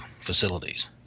facilities